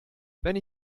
wenn